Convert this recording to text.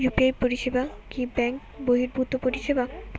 UPI পরিসেবা কি bank বর্হিভুত পরিসেবা?